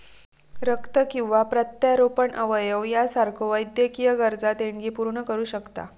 रक्त किंवा प्रत्यारोपण अवयव यासारख्यो वैद्यकीय गरजा देणगी पूर्ण करू शकता